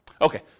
Okay